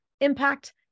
impact